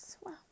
wow